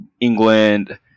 England